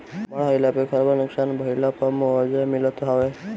बाढ़ आईला पे घर बार नुकसान भइला पअ मुआवजा मिलत हवे